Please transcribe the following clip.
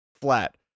flat